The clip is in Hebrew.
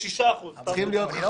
אבל בנבחנים לראשונה יש 86%. אמיר,